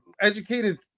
educated